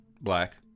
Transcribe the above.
black